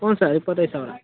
ಹ್ಞೂ ಸರ್ ಇಪ್ಪತ್ತೈದು ಸಾವಿರ